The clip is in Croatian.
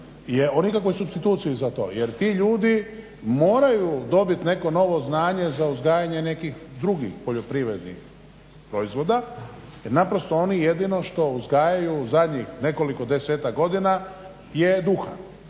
o nikakvoj supstituciji za to. Jer ti ljudi moraju dobit neko novo znanje za uzgajanje nekih drugih poljoprivrednih proizvoda jer naprosto oni jedino što uzgajaju zadnjih nekoliko desetaka godina je duhan.